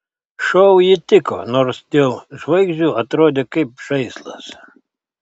šou ji tiko nors dėl žvaigždžių atrodė kaip žaislas